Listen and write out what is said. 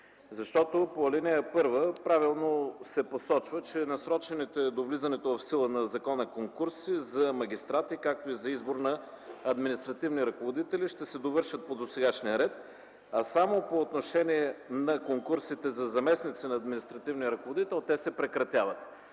защото по ал. 1 правилно се посочва, че насрочените до влизането в сила на закона конкурси за магистрати, както и за избор на административни ръководители, ще се довършат по досегашния ред, а само по отношение на конкурсите за заместници на административния ръководител те се прекратяват.